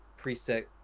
preset